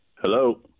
Hello